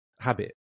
habit